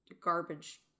garbage